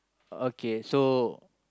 okay so